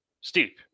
steep